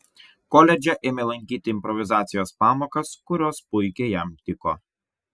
koledže ėmė lankyti improvizacijos pamokas kurios puikiai jam tiko